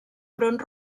front